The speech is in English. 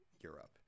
europe